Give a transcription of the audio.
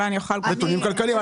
נתונים כלכליים.